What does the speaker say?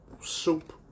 soup